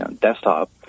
desktop